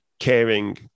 caring